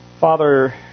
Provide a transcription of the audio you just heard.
Father